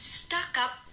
stuck-up